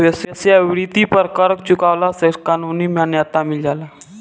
वेश्यावृत्ति पर कर चुकवला से कानूनी मान्यता मिल जाला